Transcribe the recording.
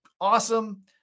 awesome